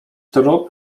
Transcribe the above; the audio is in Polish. trup